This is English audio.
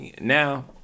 now